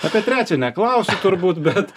apie trečią neklausiu turbūt bet